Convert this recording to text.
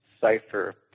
cipher